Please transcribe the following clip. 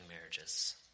marriages